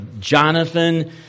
Jonathan